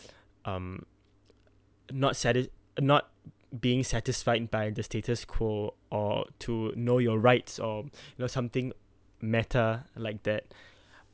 um not satis~ not being satisfied by the status quo or to know your rights or you know something matter like that